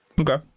Okay